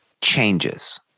changes